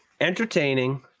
entertaining